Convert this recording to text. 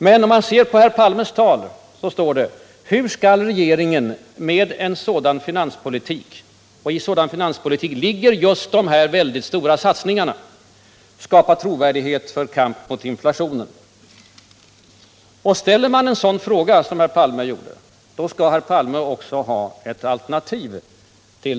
Men herr Palme hade i sitt anförande sagt följande: ”Hur skall regeringen med en sådan finanspolitik” — och i en sådan ligger just dessa mycket stora satsningar — ”skapa trovärdighet för kamp mot inflationen?” Ställer man en sådan fråga som herr Palme gjorde, måste han också kunna anvisa ett alternativ.